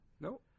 No